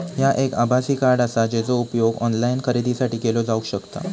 ह्या एक आभासी कार्ड आसा, जेचो उपयोग ऑनलाईन खरेदीसाठी केलो जावक शकता